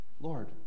Lord